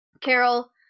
Carol